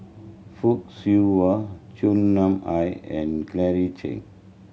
Fock Siew Wah Chua Nam Hai and Claire Chiang